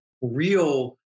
real